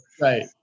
right